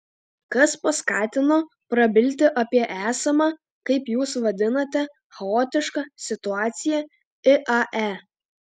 kas paskatino prabilti apie esamą kaip jūs vadinate chaotišką situaciją iae